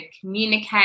communicate